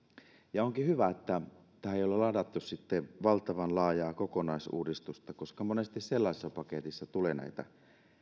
onkin hyvä että tähän ei ole ladattu valtavan laajaa kokonaisuudistusta koska monesti sellaisessa paketissa tulee